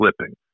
slipping